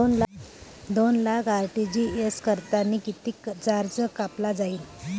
दोन लाख आर.टी.जी.एस करतांनी कितीक चार्ज कापला जाईन?